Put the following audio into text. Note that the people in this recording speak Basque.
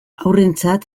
haurrentzat